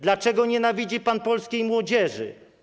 Dlaczego nienawidzi pan polskiej młodzieży?